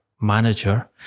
manager